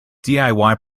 diy